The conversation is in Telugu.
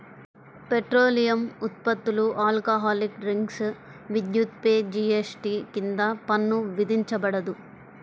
పెట్రోలియం ఉత్పత్తులు, ఆల్కహాలిక్ డ్రింక్స్, విద్యుత్పై జీఎస్టీ కింద పన్ను విధించబడదు